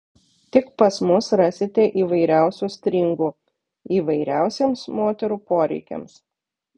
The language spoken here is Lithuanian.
tik pas mus rasite įvairiausių stringų įvairiausiems moterų poreikiams